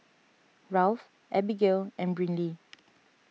Ralph Abbigail and Brynlee